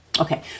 Okay